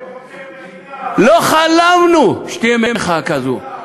לא חלמנו שתהיה מחאה כזאת.